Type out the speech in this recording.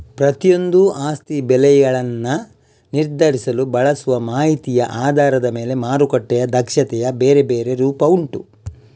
ಪ್ರತಿಯೊಂದೂ ಆಸ್ತಿ ಬೆಲೆಗಳನ್ನ ನಿರ್ಧರಿಸಲು ಬಳಸುವ ಮಾಹಿತಿಯ ಆಧಾರದ ಮೇಲೆ ಮಾರುಕಟ್ಟೆಯ ದಕ್ಷತೆಯ ಬೇರೆ ಬೇರೆ ರೂಪ ಉಂಟು